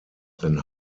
then